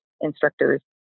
instructors